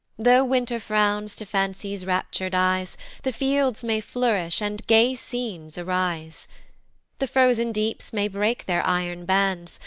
though winter frowns to fancy's raptur'd eyes the fields may flourish, and gay scenes arise the frozen deeps may break their iron bands,